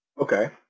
okay